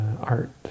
art